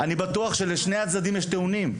אני בטוח שלשני הצדדים יש טיעונים,